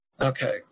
Okay